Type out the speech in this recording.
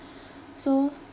so